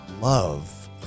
love